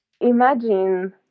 imagine